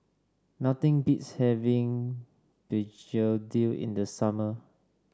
nothing beats having Begedil in the summer